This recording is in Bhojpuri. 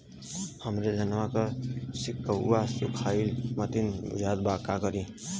हमरे धनवा के सीक्कउआ सुखइला मतीन बुझात बा का करीं?